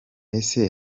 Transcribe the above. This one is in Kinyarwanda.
ese